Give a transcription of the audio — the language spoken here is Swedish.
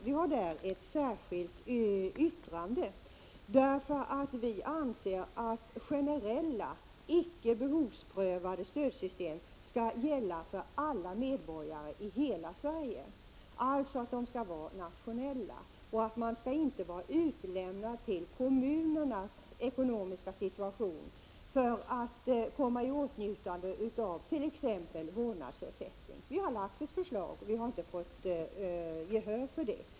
Vi har där ett särskilt yttrande, för vi anser att generella icke behovsprövade stödsystem skall gälla för alla medborgare i hela Sverige. De skall alltså vara nationella. Man skall inte vara utlämnad till kommunernas ekonomiska situation för att komma i åtnjutande av t.ex. vårdnadsersättning. Vi har lagt ett förslag, men inte fått gehör för det.